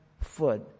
foot